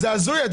זה הזוי,